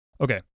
okay